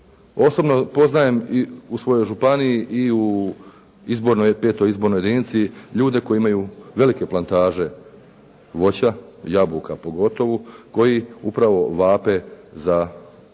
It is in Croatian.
Osobno poznajem i u svojoj županiji i u izbornoj, petoj izbornoj jedinici ljude koji imaju velike plantaže voća, jabuka pogotovo koji upravo vape za ovim